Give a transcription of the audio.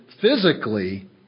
physically